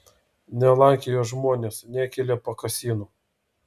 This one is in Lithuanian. nelankė jo žmonės nekėlė pakasynų